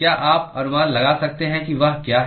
क्या आप अनुमान लगा सकते हैं कि वह क्या है